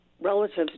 relatives